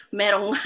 merong